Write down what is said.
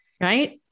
Right